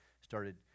started